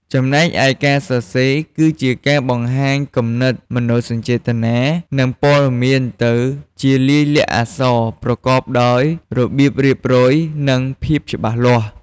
ចំណែកឯ ការសរសេរ គឺជាការបង្ហាញគំនិត មនោសញ្ចេតនា និងព័ត៌មានទៅជាលាយលក្ខណ៍អក្សរប្រកបដោយរបៀបរៀបរយ និងភាពច្បាស់លាស់។